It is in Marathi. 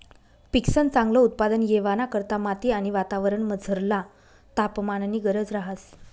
पिकंसन चांगल उत्पादन येवाना करता माती आणि वातावरणमझरला तापमाननी गरज रहास